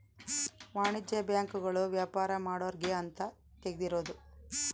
ವಾಣಿಜ್ಯ ಬ್ಯಾಂಕ್ ಗಳು ವ್ಯಾಪಾರ ಮಾಡೊರ್ಗೆ ಅಂತ ತೆಗ್ದಿರೋದು